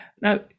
Now